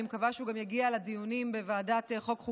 אני מקווה שהוא גם יגיע לדיונים בוועדת החוקה,